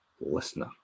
listener